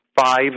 five